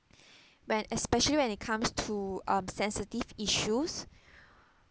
when especially when it comes to um sensitive issues